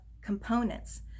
components